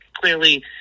clearly